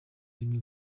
rimwe